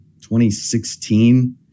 2016